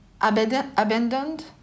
abandoned